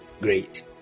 great